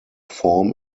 form